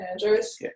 managers